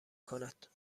کند